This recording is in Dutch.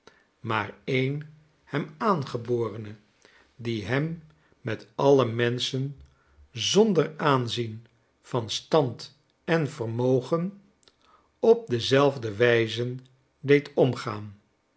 maar een hem aangeborene die hem met alle menschen zonder aanzien van stand en vermogen op dezelfde wijze deed omgaan